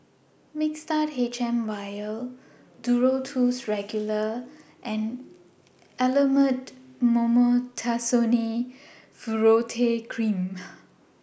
Mixtard HM Vial Duro Tuss Regular and Elomet Mometasone Furoate Cream